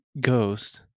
ghost